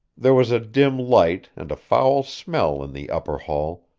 there was a dim light and a foul smell in the upper hall,